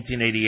1988